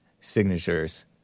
signatures